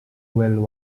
well